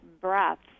breaths